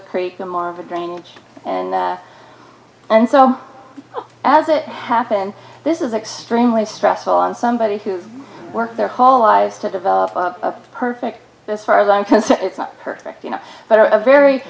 a creek the more of a drainage and and so as it happened this is extremely stressful on somebody who worked their whole lives to develop a perfect as far as i can see it's not perfect you know but a very